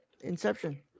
Inception